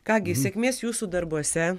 ką gi sėkmės jūsų darbuose